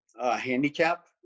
handicap